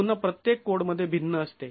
हे पुन्हा प्रत्येक कोडमध्ये भिन्न असते